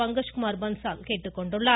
பங்கஜ் குமார் பன்சால் கேட்டுக்கொண்டுள்ளார்